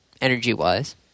energy-wise